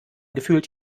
gefühlt